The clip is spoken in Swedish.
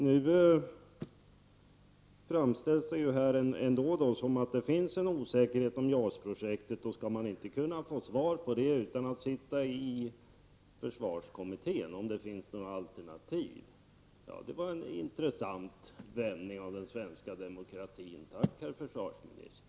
Nu framställs det ändå här som om det finns en osäkerhet om JAS-projektet. Skall man inte, utan att sitta i försvarskommittén, kunna få svar på frågan om det finns några alternativ? Det var en intressant vändning av den svenska demokratin! Tack, herr försvarsminister.